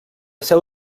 seu